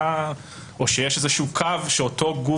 או שיהיה איזשהו קו מפריד בין הגופים?